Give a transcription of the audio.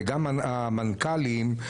וגם המנכ"לים.